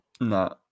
No